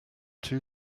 two